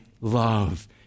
love